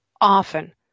often